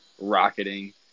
rocketing